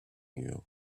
you